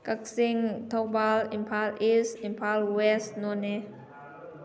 Kakching Thoubal Imphal East Imphal West Noney